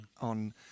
on